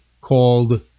called